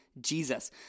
Jesus